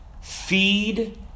feed